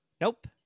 Nope